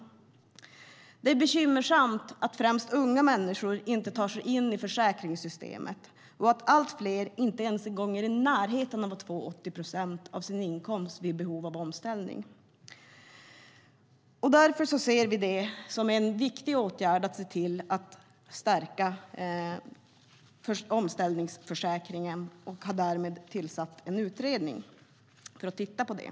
Det är bekymmersamt att främst unga människor inte tar sig in i försäkringssystemet och att allt fler inte är i närheten av att få 80 procent av sin inkomst vid behov av omställning. Därför ser vi det som en viktig åtgärd att se till att stärka omställningsförsäkringen och har därför tillsatt en utredning som ska se över det.